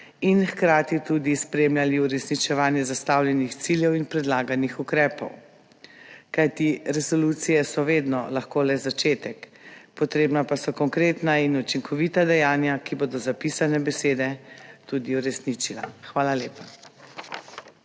in hkrati tudi spremljali uresničevanje zastavljenih ciljev in predlaganih ukrepov, kajti resolucije so vedno lahko le začetek, potrebna pa so konkretna in učinkovita dejanja, ki bodo zapisane besede tudi uresničila. Hvala lepa.